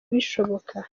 bishoboka